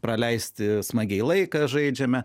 praleisti smagiai laiką žaidžiame